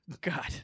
God